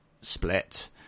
Split